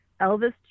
Elvis